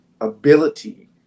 ability